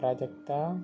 Prajakta